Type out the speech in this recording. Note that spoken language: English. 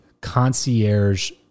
concierge